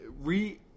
re